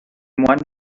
moine